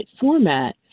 format